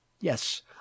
Yes